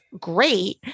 great